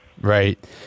Right